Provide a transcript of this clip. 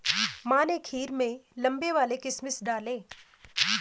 माँ ने खीर में लंबे वाले किशमिश डाले